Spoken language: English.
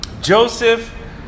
Joseph